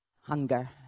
hunger